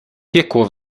piekło